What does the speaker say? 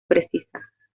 precisas